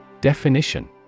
Definition